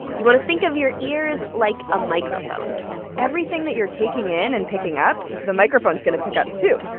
you want to think of your ears like a microphone everything that you're taking in and picking up, the microphone's going to pick up, too.